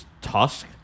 tusk